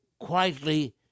quietly